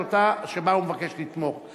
שבה הוא מבקש לתמוך.